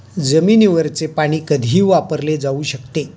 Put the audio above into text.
जमिनीवरचे पाणी कधीही वापरले जाऊ शकते